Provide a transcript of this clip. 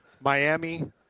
Miami